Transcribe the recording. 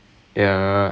but ya